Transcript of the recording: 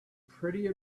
pretty